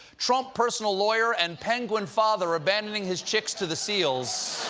trump personal lawyer and penguin father abandoning his chicks to the seals,